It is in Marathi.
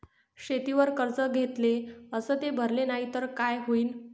शेतीवर कर्ज घेतले अस ते भरले नाही तर काय होईन?